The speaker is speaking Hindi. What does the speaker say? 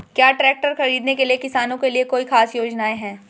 क्या ट्रैक्टर खरीदने के लिए किसानों के लिए कोई ख़ास योजनाएं हैं?